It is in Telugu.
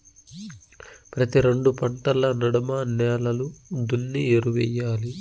ప్రతి రెండు పంటల నడమ నేలలు దున్ని ఎరువెయ్యాలి